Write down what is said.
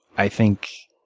i think,